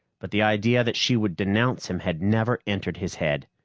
but the idea that she would denounce him had never entered his head.